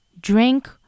drink